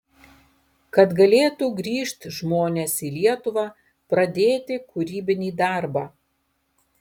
kad galėtų grįžt žmonės į lietuvą pradėti kūrybinį darbą